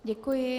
Děkuji.